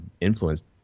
influenced